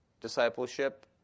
discipleship